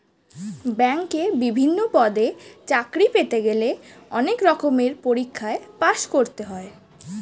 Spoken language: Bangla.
ব্যাংকে বিভিন্ন পদে চাকরি পেতে গেলে অনেক রকমের পরীক্ষায় পাশ করতে হয়